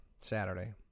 Saturday